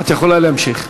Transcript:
את יכולה להמשיך.